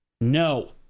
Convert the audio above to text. no